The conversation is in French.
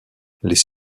les